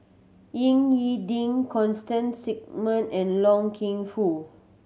Ying E Ding Constance Singam and Loy King Foo